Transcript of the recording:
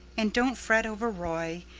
and don't fret over roy.